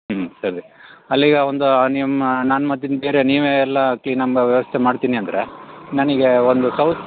ಹ್ಞೂ ಸರಿ ಅಲ್ಲೀಗ ಒಂದು ನಿಮ್ಮ ನಾನು ಮತ್ತಿನ್ನು ಬೇರೆ ನೀವೆ ಎಲ್ಲ ಕ್ಲೀನಾಗಿ ವ್ಯವಸ್ಥೆ ಮಾಡ್ತೀನಿ ಅಂದರೆ ನನಗೆ ಒಂದು ಸೌತ್